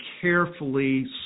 carefully